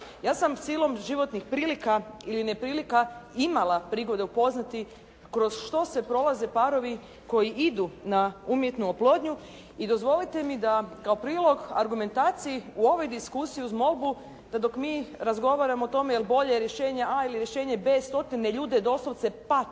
Ja sam silom životnih prilika ili neprilika imala prigode upoznati kroz što sve prolaze parovi koji idu na umjetnu oplodnju i dozvolite mi da kao prilog argumentaciji u ovoj diskusiji uz molbu da dok mi razgovaramo o tome jer bolje rješenje a ili rješenje b stotine ljudi doslovce pate